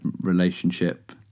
relationship